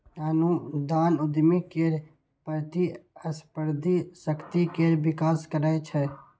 अनुदान उद्यमी केर प्रतिस्पर्धी शक्ति केर विकास करै छै